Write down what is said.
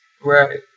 right